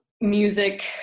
Music